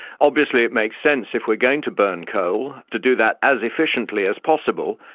obviously it makes sense if we're going to burn coal to do that as efficiently as possible.